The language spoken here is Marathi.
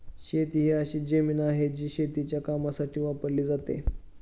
शेती ही अशी जमीन आहे, जी शेतीच्या कामासाठी वापरली जाते